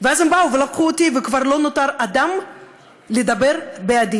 ואז הם באו ולקחו אותי וכבר לא נותר אדם לדבר בעדי.